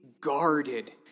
guarded